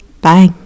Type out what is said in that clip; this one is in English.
Bye